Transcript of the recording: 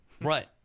Right